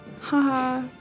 Haha